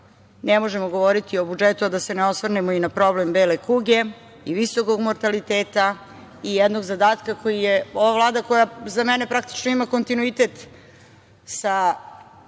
ne možemo govoriti o budžetu a da se ne osvrnemo i na problem bele kuge i visokog mortaliteta i jednog zadatka koji je ova Vlada, koja za mene praktično ima kontinuitet, sa